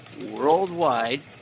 worldwide